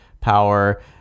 power